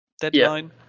deadline